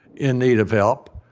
in need of help,